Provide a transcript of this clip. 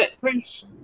Prince